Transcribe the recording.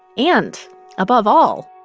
and above all,